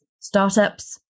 startups